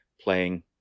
playing